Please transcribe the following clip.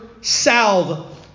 salve